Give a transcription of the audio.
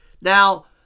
Now